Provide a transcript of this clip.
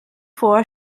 vor